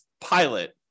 pilot